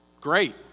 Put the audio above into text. great